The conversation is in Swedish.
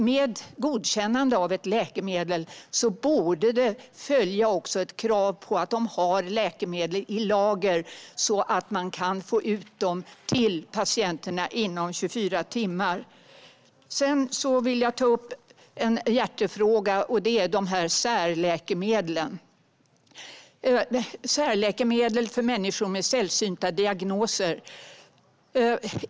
Med godkännande av ett läkemedel borde det också följa ett krav på att de har läkemedel i lager, så att man kan få ut dem till patienterna inom 24 timmar. Sedan vill jag ta upp en hjärtefråga, nämligen särläkemedel för människor med sällsynta diagnoser.